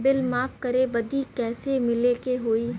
Bill माफ करे बदी कैसे मिले के होई?